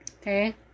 Okay